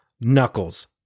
Knuckles